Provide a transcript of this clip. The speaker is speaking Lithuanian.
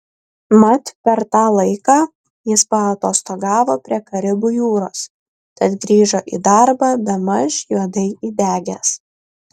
mat per tą laiką jis paatostogavo prie karibų jūros tad grįžo į darbą bemaž juodai įdegęs